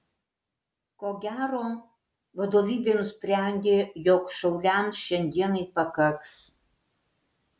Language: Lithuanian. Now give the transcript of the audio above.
ko gero vadovybė nusprendė jog šauliams šiandienai pakaks